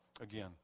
again